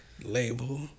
Label